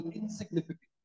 insignificant